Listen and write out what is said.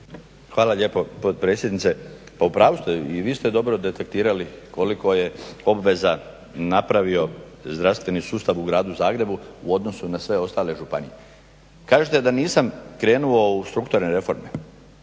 Hvala lijepo potpredsjednice. Pa u pravu ste, i vi ste dobro detektirali koliko je obveza napravio zdravstveni sustav u Gradu Zagrebu u odnosu na sve ostale županije. Kažete da nisam krenuo u strukturne reforme.